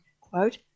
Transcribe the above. quote